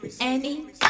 Annie